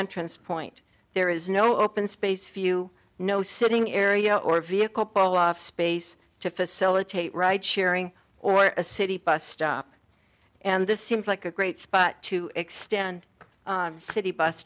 entrance point there is no open space if you know sitting area or vehicle pull off space to facilitate ride sharing or a city bus stop and this seems like a great spot to extend city bus